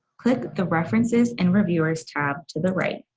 click the references and reviewers tab to the right.